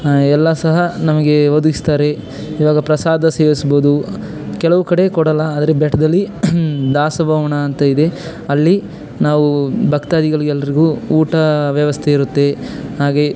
ಹಾಂ ಎಲ್ಲ ಸಹ ನಮಗೆ ಒದಗಿಸ್ತಾರೆ ಈವಾಗ ಪ್ರಸಾದ ಸೇವಿಸ್ಬೋದು ಕೆಲವು ಕಡೆ ಕೊಡೋಲ್ಲ ಆದರೆ ಬೆಟ್ಟದಲ್ಲಿ ದಾಸ ಭವನ ಅಂತ ಇದೆ ಅಲ್ಲಿ ನಾವು ಭಕ್ತಾದಿಗಳಿಗೆಲ್ರಿಗೂ ಊಟ ವ್ಯವಸ್ಥೆ ಇರುತ್ತೆ ಹಾಗೆ